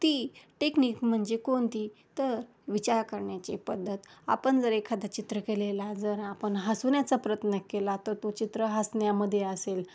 ती टेक्निक म्हणजे कोणती तर विचार करण्याची पद्धत आपण जर एखादा चित्रकलेला जर आपण हसवण्याचा प्रयत्न केला तर तो चित्र हसण्यामध्ये असेल